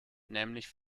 nämlich